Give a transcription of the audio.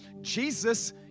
Jesus